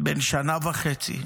בן שנה וחצי,